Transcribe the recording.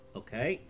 okay